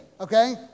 okay